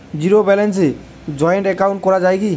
Zero ব্যালেন্সে joint account করা য়ায় কি?